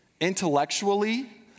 Intellectually